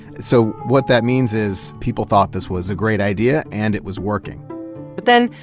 so what that means is people thought this was a great idea and it was working but then,